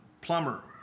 plumber